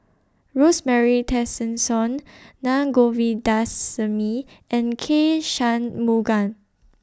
Rosemary Tessensohn Na Govindasamy and K Shanmugam